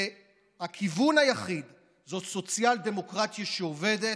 והכיוון היחיד הוא סוציאל-דמוקרטיה שעובדת,